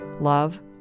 love